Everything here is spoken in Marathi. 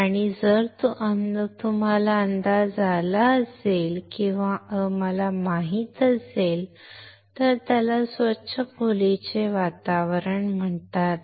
आणि जर तुम्हाला अंदाज आला असेल किंवा तुम्हाला माहित असेल तर त्याला स्वच्छ खोलीचे वातावरण म्हणतात